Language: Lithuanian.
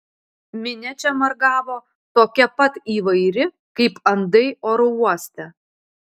minia čia margavo tokia pat įvairi kaip andai oro uoste